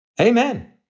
Amen